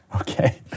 Okay